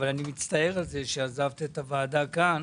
אבל אני מצטער על כך שעזבת את הוועדה כאן.